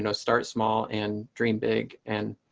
and start small and dream big and